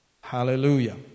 Hallelujah